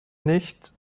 nicht